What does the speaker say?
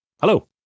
Hello